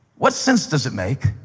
what sense does it make